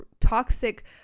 toxic